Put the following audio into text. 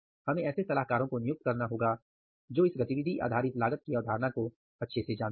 हमें ऐसे सलाहकारों को नियुक्त करना होगा जो इस गतिविधि आधारित लागत की अवधारणा को अच्छे से जानते हैं